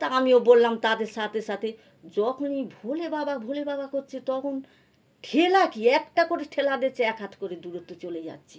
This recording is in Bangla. তা আমিও বললাম তাদের সাথে সাথে যখনই ভোলে বাবা ভোলে বাবা করছে তখন ঠেলা কি একটা করে ঠেলা দিচ্ছে এক হাত করে দূরত্ব চলে যাচ্ছি